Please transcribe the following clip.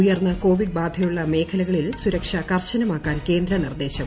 ഉയർന്ന കോവിഡ് ബാധയുള്ള മേഖലകളിൽ സുരക്ഷ കർശനമാക്കാൻ കേന്ദ്ര നിർദ്ദേശം